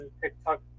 TikTok